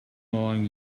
longer